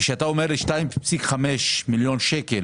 כשאתה אומר לי 2,5 מיליון שקלים